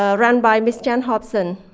ah run by miss chan hopson.